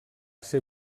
ser